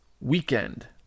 weekend